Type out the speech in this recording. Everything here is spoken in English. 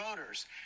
voters